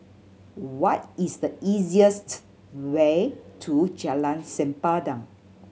what is the easiest way to Jalan Sempadan